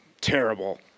terrible